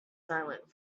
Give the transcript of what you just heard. silent